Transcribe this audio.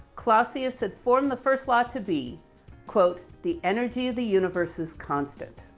clausius had formed the first law to be quote, the energy of the universe is constant.